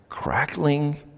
Crackling